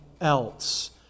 else